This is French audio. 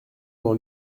dans